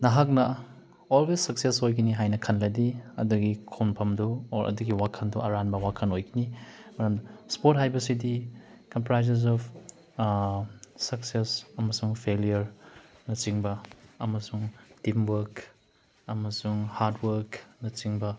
ꯅꯍꯥꯛꯅ always success ꯑꯣꯏꯒꯅꯤ ꯍꯥꯏꯅ ꯈꯜꯂꯗꯤ ꯑꯗꯨꯒꯤ ꯈꯣꯟꯐꯝꯗꯨ ꯑꯣꯔ ꯑꯗꯨꯒꯤ ꯋꯥꯈꯜꯗꯨ ꯑꯔꯥꯟꯕ ꯋꯥꯈꯜ ꯑꯣꯏꯒꯅꯤ ꯃꯔꯝꯗꯤ ꯏꯁꯄꯣꯔꯠ ꯍꯥꯏꯕꯁꯤꯗꯤ ꯀꯝꯄ꯭ꯔꯥꯏꯖꯦꯁ ꯑꯣꯐ ꯁꯛꯁꯦꯁ ꯑꯃꯁꯨꯡ ꯐꯦꯜꯂꯤꯌꯔ ꯅꯆꯤꯡꯕ ꯑꯃꯁꯨꯡ ꯇꯤꯝ ꯋꯥꯛ ꯑꯃꯁꯨꯡ ꯍꯥꯔꯠ ꯋꯥꯛꯅꯆꯤꯡꯕ